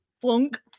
Flunk